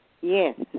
Yes